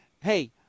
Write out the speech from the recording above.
hey